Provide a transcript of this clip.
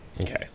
okay